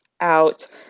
out